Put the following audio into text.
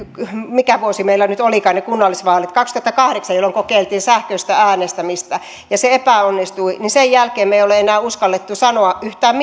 mikä vuosi meillä nyt olikaan ne kunnallisvaalit kaksituhattakahdeksan sähköistä äänestämistä ja se epäonnistui niin sen jälkeen me emme ole enää uskaltaneet sanoa yhtään